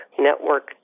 network